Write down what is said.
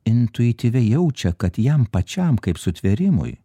intuityviai jaučia kad jam pačiam kaip sutvėrimui